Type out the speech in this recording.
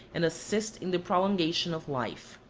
and assist in the prolongation of life.